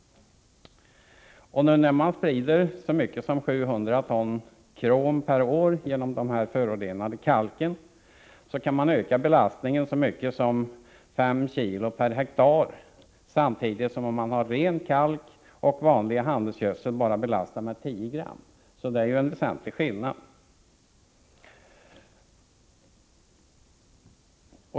När man nu sprider så mycket som 700 ton krom per år, genom den förorenade kalken, kan belastningen öka med så mycket som 5 kg per hektar. Samtidigt blir belastningen, om man använder ren kalk och vanlig handelsgödsel, bara 10 gram. Det är ju en väsentlig skillnad.